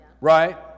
Right